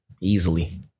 easily